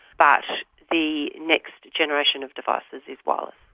but the next generation of devices is wireless.